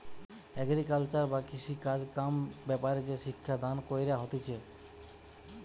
agriculture বা কৃষিকাজ কাম ব্যাপারে যে শিক্ষা দান কইরা হতিছে